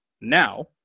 Now